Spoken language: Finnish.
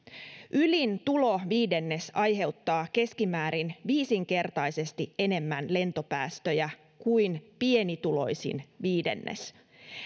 ylin tuloviidennes aiheuttaa keskimäärin viisinkertaisesti enemmän lentopäästöjä kuin pienituloisin viidennes